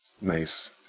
Nice